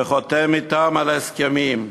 וחותם אתם על ההסכמים,